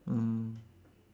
mm